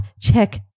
check